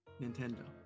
Nintendo